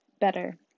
better